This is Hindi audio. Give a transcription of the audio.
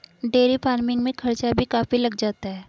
डेयरी फ़ार्मिंग में खर्चा भी काफी लग जाता है